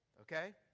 Okay